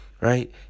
right